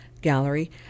Gallery